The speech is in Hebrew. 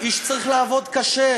בואו תגישו הצעות חוק,